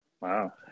Wow